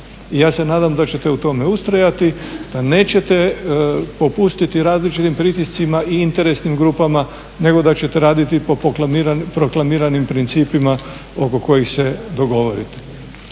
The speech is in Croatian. ja se nadam da ćete u tome ustrajati, da nećete popustiti različitim pritiscima i interesnim grupama nego da ćete raditi po proklamiranim principima oko kojih se dogovorite.